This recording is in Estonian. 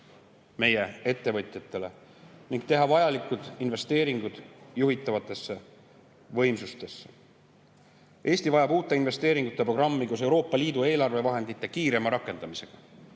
meie ettevõtjatele ning teha vajalikud investeeringud juhitavatesse võimsustesse. Eesti vajab uute investeeringute programmi koos Euroopa Liidu eelarvevahendite kiirema rakendamisega.